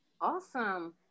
Awesome